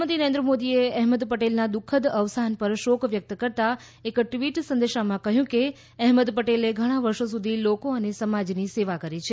પ્રધાનમંત્રી નરેન્દ્ર મોદીએ અહેમદ પટેલના દુઃખદ અવસાન પર શોક વ્યકત કરતા એક ટવીટ સંદેશમાં કહ્યું કે અહેમદ પટેલે ઘણા વર્ષો સુધી લોકો અને સમાજની સેવા કરી છે